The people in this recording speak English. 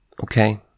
Okay